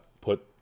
put